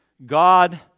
God